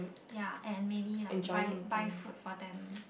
ya and maybe like buy buy food for them